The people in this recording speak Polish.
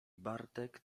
bartek